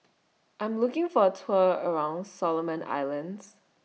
I Am looking For A Tour around Solomon Islands